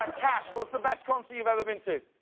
like cash, what's the best concert you've ever been to?